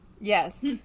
yes